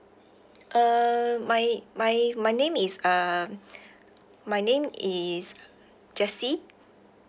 uh my my my name is um my name is jessie